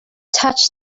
touch